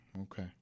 okay